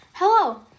Hello